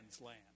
land